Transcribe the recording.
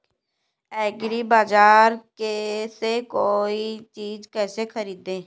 एग्रीबाजार से कोई चीज केसे खरीदें?